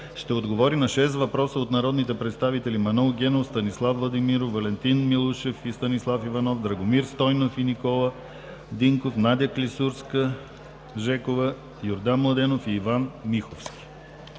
ще отговори на шест въпроса от народните представители Манол Генов, Станислав Владимиров, Валентин Милушев и Станислав Иванов, Драгомир Стойнев и Никола Динков, Надя Клисурска-Жекова, Йордан Младенов и Иван Миховски;